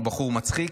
הוא בחור מצחיק.